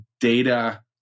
data